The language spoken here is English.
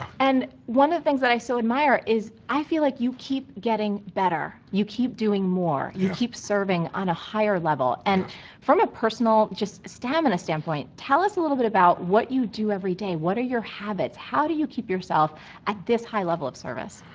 and one of the things that i so admire is i feel like you keep getting better, you keep doing more, you keep serving on a higher level. and from a personal just stamina standpoint, tell us a little bit about what you do every day. what are your habits? how do you keep yourself at this high level of service?